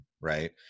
right